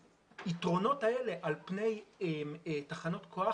היתרונות האלה על פני תחנות כוח,